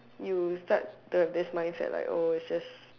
you start to have this mindset like oh it's just